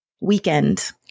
weekend